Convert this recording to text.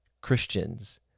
Christians